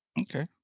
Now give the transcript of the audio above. Okay